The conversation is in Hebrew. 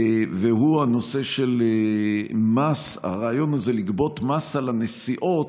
והוא הרעיון לגבות מס על הנסיעות,